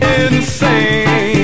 insane